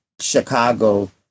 Chicago